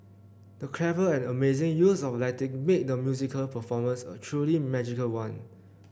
the clever and amazing use of lighting made the musical performance a truly magical one